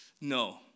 no